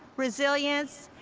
resilience,